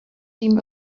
seen